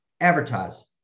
advertise